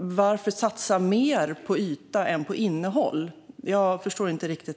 Varför satsa mer på yta än på innehåll? Jag förstår inte riktigt.